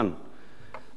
הצעת החוק הראשונה,